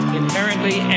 inherently